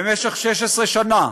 במשך 16 שנה,